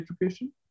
education